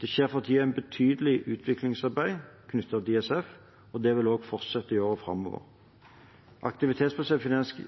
Det skjer for tiden et betydelig utviklingsarbeid knyttet til ISF, og det vil også fortsette i årene framover. Aktivitetsbasert